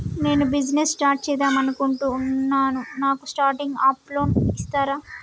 నేను business start చేద్దామనుకుంటున్నాను నాకు స్టార్టింగ్ అప్ లోన్ ఇస్తారా?